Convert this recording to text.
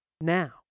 now